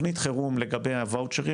תכנית חירום לגבי הוואוצ'רים,